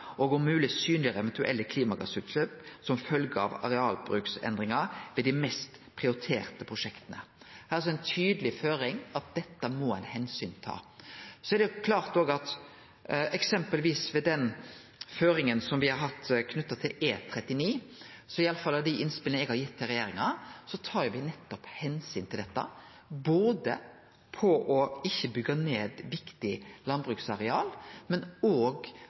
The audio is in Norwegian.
og om mulig synliggjøre eventuelle klimagassutslipp som følge av arealbruksendringer ved de mest aktuelle prioriterte prosjektene.» Det er altså ei tydeleg føring på at dette må ein ta omsyn til. Så er det òg klart at eksempelvis ved den føringa me har hatt knytt til E39, i alle fall i dei innspela eg har gitt til regjeringa, tar me nettopp omsyn til dette, både ved ikkje å byggje ned viktig landbruksareal og